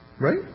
Right